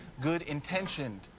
good-intentioned